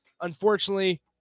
unfortunately